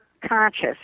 Conscious